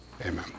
Amen